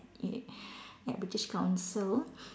y~ at British council